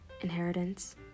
Inheritance